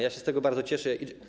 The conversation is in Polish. Ja się z tego bardzo cieszę.